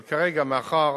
אבל כרגע, מאחר